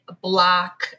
black